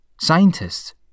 Scientists